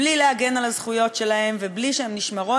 בלי להגן על הזכויות שלהם ובלי שהן נשמרות